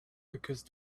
because